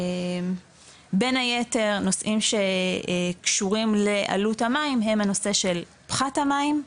בין היתר נושאים שקשורים לעלות המים הם הנושא של פחת המים,